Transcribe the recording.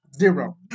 Zero